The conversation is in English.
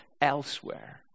elsewhere